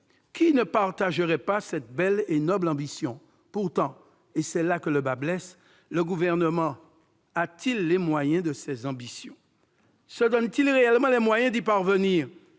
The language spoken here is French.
Qui ne partagerait pas cette belle et noble ambition ? Pourtant, et c'est là que le bât blesse, le Gouvernement a-t-il les moyens de ses ambitions ? Se donne-t-il réellement les moyens d'y parvenir ?